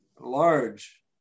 large